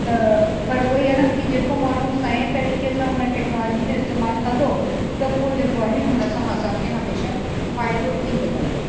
त पर उहो ई आहे न की जेको माण्हू सही तरीक़े सां हुन टेक्नोलॉजी जो इस्तेमालु कंदो त पोइ जेको आहे हुन सां असांखे हमेशा फ़ाइदो ई मिलंदो